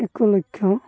ଏକ ଲକ୍ଷ